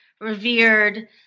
revered